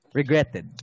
regretted